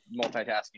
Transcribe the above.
multitasking